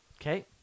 Okay